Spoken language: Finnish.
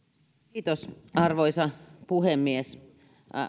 arvoisa puhemies